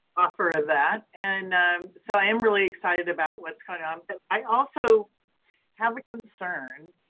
offer that. and so i am really excited about what's going on. but i also have a concern,